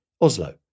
Oslo